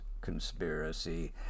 conspiracy